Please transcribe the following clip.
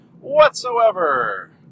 whatsoever